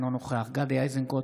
אינו נוכח גדי איזנקוט,